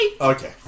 Okay